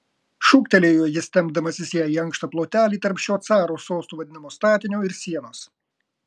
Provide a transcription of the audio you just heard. šūktelėjo jis tempdamasis ją į ankštą plotelį tarp šio caro sostu vadinamo statinio ir sienos